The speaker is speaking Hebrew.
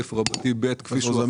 7א(ב) כפי שאושר --- רק,